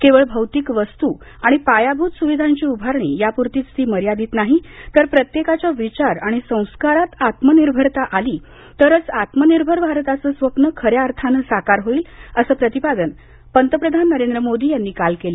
केवळ भौतिक वस्तू आणि पायाभूत सुविधांची उभारणी यापुरतीच ती मर्यादित नाही तर प्रत्येकाच्या विचार आणि संस्कारात आत्मनिर्भरता आली तरच आत्मनिर्भर भारताचं स्वप्न खऱ्या अर्थानं साकार होईल असं प्रतिपादन पंतप्रधान नरेंद्र मोदी यांनी काल केलं